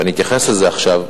ואני אתייחס לזה עכשיו.